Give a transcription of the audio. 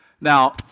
Now